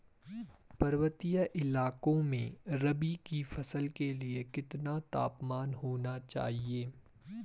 पर्वतीय इलाकों में रबी की फसल के लिए कितना तापमान होना चाहिए?